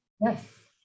Yes